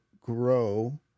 grow